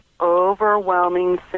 overwhelming